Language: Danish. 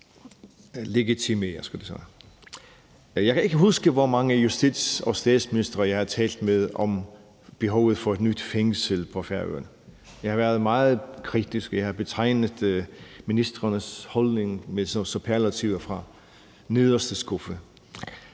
Jeg kan ikke huske, hvor mange justits- og statsministre jeg har talt med om behovet for et nyt fængsel på Færøerne. Det har været meget kritisk, og jeg har betegnet ministrenes holdning med superlativer fra nederste skuffe,